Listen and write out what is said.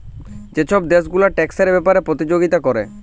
যে ছব দ্যাশ গুলা ট্যাক্সের ব্যাপারে পতিযগিতা ক্যরে